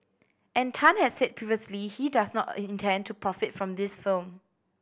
and Tan has said previously he does not intend to profit from this film